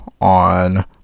on